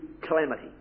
calamity